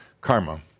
Karma